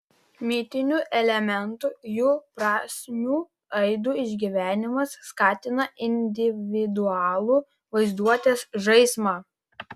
mitinių elementų jų prasmių aidų išgyvenimas skatina individualų vaizduotės žaismą